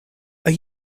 are